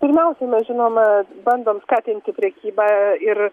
pirmiausia mes žinoma bandom skatinti prekybą ir